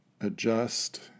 adjust